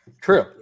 True